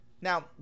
Now